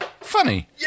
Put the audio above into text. Funny